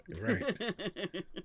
Right